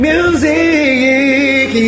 Music